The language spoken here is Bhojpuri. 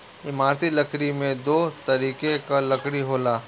इमारती लकड़ी में दो तरीके कअ लकड़ी होला